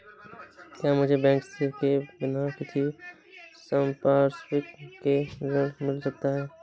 क्या मुझे बैंक से बिना किसी संपार्श्विक के ऋण मिल सकता है?